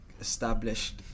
established